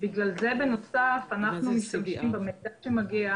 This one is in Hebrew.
בגלל זה אנחנו משתמשים בנוסף במידע שמגיע